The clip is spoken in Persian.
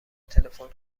تلفن